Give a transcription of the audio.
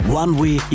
one-way